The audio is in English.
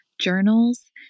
journals